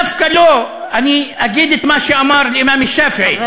דווקא לו אני אגיד את מה שאמר אימאם אל-שאפעי, חבר